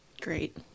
Great